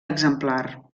exemplar